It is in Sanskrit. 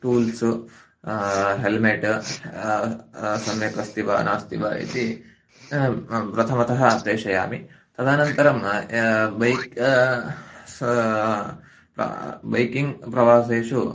टूल्स् हेल्मेट् सम्यक् अस्ति वा नास्ति वा इति प्रथमतः प्रेषयामि तदनन्तरं बैक् बैकिङ्ग् प्रवासेषु